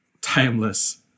timeless